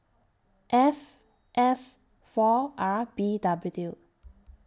F S four R B W